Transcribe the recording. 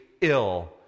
ill